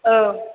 औ